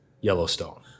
Yellowstone